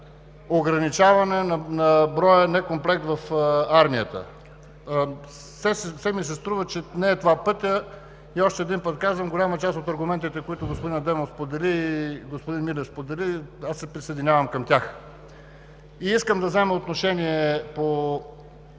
ограничаване на броя некомплект в армията. Все ми се струва, че това не е пътят и още един път казвам – за голяма част от аргументите, които господин Адемов и господин Милев споделиха, се присъединявам към тях. Искам да взема отношение по